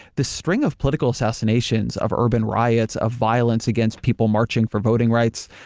the string of political assignations, of urban riots, of violence against people marching for voting rights,